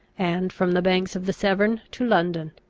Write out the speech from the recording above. and from the banks of the severn to london.